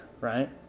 right